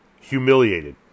Humiliated